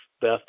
Beth